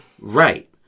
Right